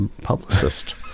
publicist